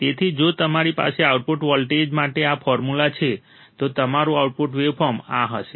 તેથી જો તમારી પાસે આઉટપુટ વોલ્ટેજ માટે આ ફોર્મ્યુલા છે તો તમારું આઉટપુટ વેવફોર્મ આ હશે